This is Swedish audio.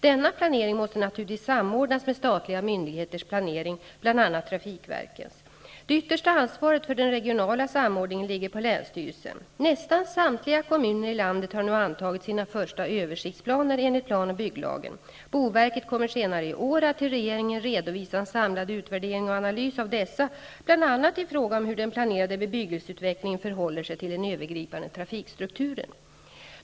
Denna planering måste naturligtvis samordnas med statliga myndigheters planering, bl.a. trafikverkens. Det yttersta ansvaret för den regionala samordningen ligger på länsstyrelsen. Nästan samtliga kommuner i landet har nu antagit sina första översiktsplaner enligt plan och bygglagen. Boverket kommer senare i år att till regeringen redovisa en samlad utvärdering och analys av dessa, bl.a. i fråga om hur den planerade bebyggelseutvecklingen förhåller sig till den övergripande trafikstrukturen.